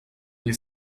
nie